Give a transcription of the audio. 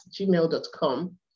gmail.com